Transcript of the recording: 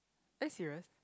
are you serious